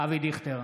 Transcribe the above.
אבי דיכטר,